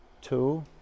two